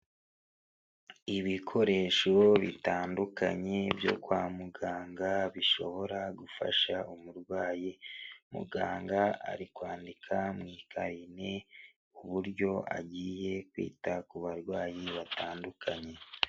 Ibikoresho bitandukanye byo kwa muganga bishobora gufasha umurwayi. Muganga ari kwandika mu ikarine uburyo agiye kwita ku barwayi batandukanye.